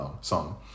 song